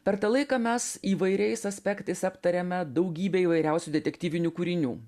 per tą laiką mes įvairiais aspektais aptarėme daugybę įvairiausių detektyvinių kūrinių